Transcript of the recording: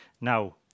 Now